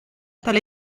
tale